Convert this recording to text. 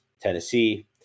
Tennessee